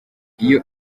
iyo